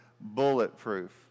bulletproof